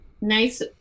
nice